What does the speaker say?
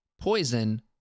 poison